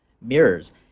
mirrors